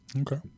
Okay